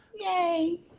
yay